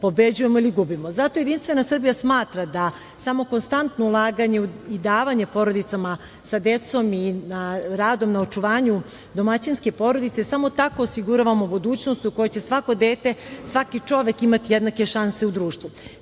pobeđujemo ili gubimo. Zato JS smatra da samo konstantno ulaganje i davanje porodicama sa decom i radom na očuvanju domaćinske porodice samo tako osiguravamo budućnost u kojoj će svako dete, svaki čovek imati jednake šanse u društvu. Neko